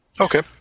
Okay